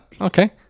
Okay